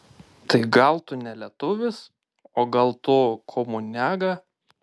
tai gal tu ne lietuvis o gal tu komuniaga